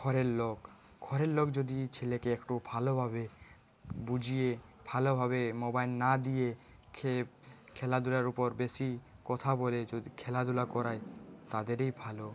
ঘরের লোক ঘরের লোক যদি ছেলেকে একটু ভালোভাবে বুঝিয়ে ভালোভাবে মোবাইল না দিয়ে খেলাধুলার উপর বেশি কথা বলে যদি খেলাধুলা করায় তাদেরই ভালো